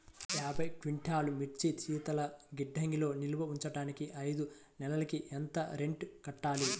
యాభై క్వింటాల్లు మిర్చి శీతల గిడ్డంగిలో నిల్వ ఉంచటానికి ఐదు నెలలకి ఎంత రెంట్ కట్టాలి?